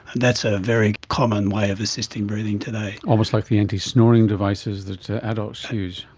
that's a very common way of assisting breathing today. almost like the anti-snoring devices that adults use.